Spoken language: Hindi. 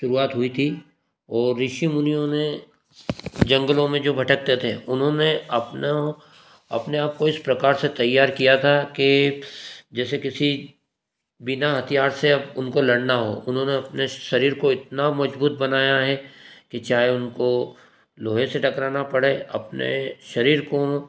शुरुआत हुई थी और ऋषि मुनियों ने जंगलों में जो भटकते थे उन्होंने अपना अपने आपको इस प्रकार से तैयार किया था कि जैसे किसी बिना हथियार से अब उनको लड़ना हो उन्होंने अपने शरीर को इतना मजबूत बनाया है कि चाहे उनको लोहे से टकराना पड़े अपने शरीर को